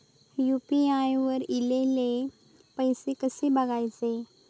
UPI वर ईलेले पैसे कसे बघायचे?